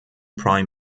prime